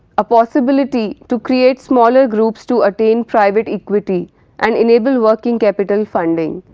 a possibility to create smaller groups to attain private equity and enable working capital funding.